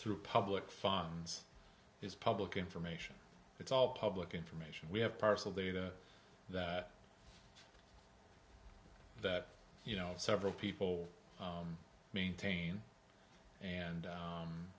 through public funds is public information it's all public information we have parcel data that you know several people maintain and